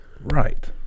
Right